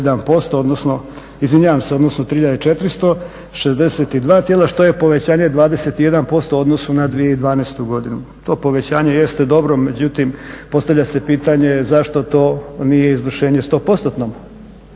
odnosno 3.462 tijela što je povećanje 21% u odnosu na 2012.godinu. to povećanje jeste dobro međutim postavlja se pitanje zašto to nije izvršenje u